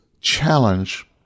challenge